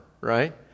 right